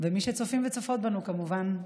ומי שצופים וצופות בנו, כמובן,